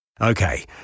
Okay